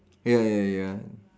ya ya ya